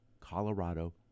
Colorado